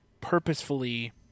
purposefully